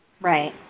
Right